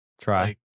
try